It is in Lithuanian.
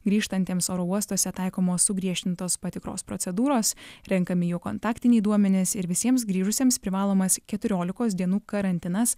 grįžtantiems oro uostuose taikomos sugriežtintos patikros procedūros renkami jų kontaktiniai duomenys ir visiems grįžusiems privalomas keturiolikos dienų karantinas